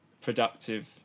productive